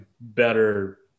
better